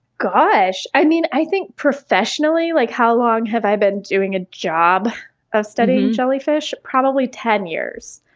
gosh, i mean, i think professionally, like how long have i been doing a job of studying jellyfish? probably ten years.